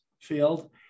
field